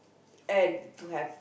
and to have